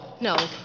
No